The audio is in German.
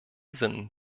sinn